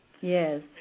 Yes